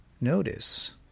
notice